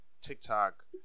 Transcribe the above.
TikTok